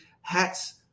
hats